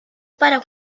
para